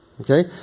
Okay